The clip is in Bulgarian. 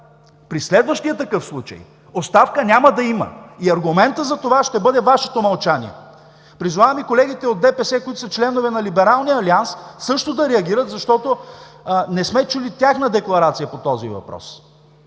при следващия такъв случай оставка няма да има и аргументът за това ще бъде Вашето мълчание. Призовавам и колегите от ДПС, които са членове на Либералния алианс също да реагират, защото не сме чули тяхна декларация по този въпрос.